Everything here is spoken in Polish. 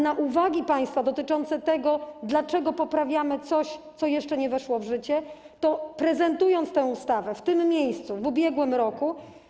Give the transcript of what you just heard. Na uwagi państwa dotyczące tego, dlaczego poprawiamy coś, co jeszcze nie weszło w życie, odpowiem tak: prezentując tę ustawę w tym miejscu w ubiegłym roku,